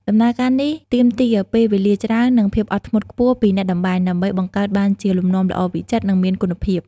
ដំណើរការនេះទាមទារពេលវេលាច្រើន និងភាពអត់ធ្មត់ខ្ពស់ពីអ្នកតម្បាញ ដើម្បីបង្កើតបានជាលំនាំល្អវិចិត្រ និងមានគុណភាព។